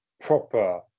proper